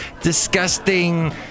disgusting